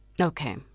Okay